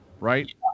right